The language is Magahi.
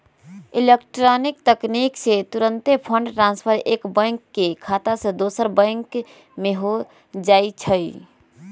इलेक्ट्रॉनिक तरीका से तूरंते फंड ट्रांसफर एक बैंक के खता से दोसर में हो जाइ छइ